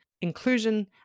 inclusion